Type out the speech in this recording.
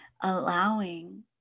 allowing